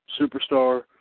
superstar